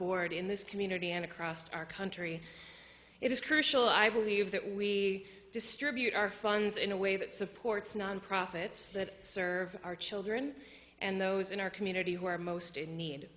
board in this community and across our country it is crucial i believe that we distribute our funds in a way that supports non profits that serve our children and those in our community who are most in need